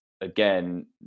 again